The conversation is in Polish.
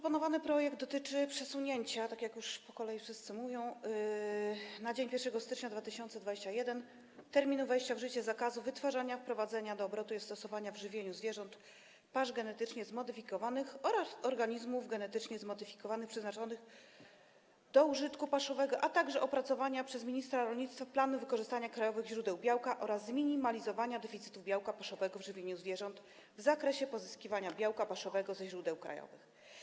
Proponowany projekt dotyczy przesunięcia, tak jak po kolei wszyscy mówią, na dzień 1 stycznia 2021 r. terminu wejścia w życie zakazu wytwarzania, wprowadzania do obrotu i stosowania w żywieniu zwierząt pasz genetycznie zmodyfikowanych oraz organizmów genetycznie zmodyfikowanych, przeznaczonych do użytku paszowego, a także opracowania przez ministra rolnictwa planu wykorzystania krajowych źródeł białka oraz zminimalizowania deficytu białka paszowego w żywieniu zwierząt w zakresie pozyskiwania białka paszowego ze źródeł krajowych.